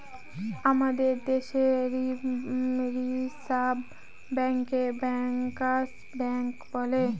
আমাদের দেশে রিসার্ভ ব্যাঙ্কে ব্যাঙ্কার্স ব্যাঙ্ক বলে